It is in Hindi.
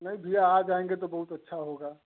नहीं भैया आ जायेंगे तो बहुत अच्छा होगा